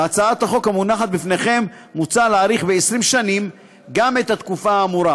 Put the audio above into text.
בהצעת החוק המונחת בפניכם מוצע להאריך ב-20 שנים גם את התקופה האמורה.